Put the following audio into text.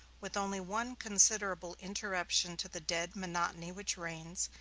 with only one considerable interruption to the dead monotony which reigns,